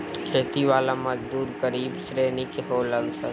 खेती वाला मजदूर गरीब श्रेणी के होलन सन